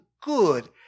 good